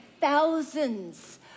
thousands